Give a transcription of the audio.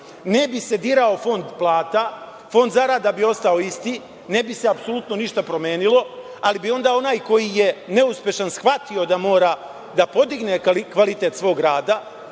ne bi se dirao fond plata, fond zarada bi ostao isti, ne bi se apsolutno ništa promenilo, ali bi onda onaj koji je neuspešan shvatio da mora da podigne kvalitet svog rada,